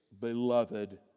beloved